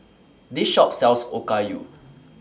This Shop sells Okayu